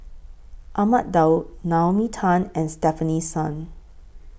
Ahmad Daud Naomi Tan and Stefanie Sun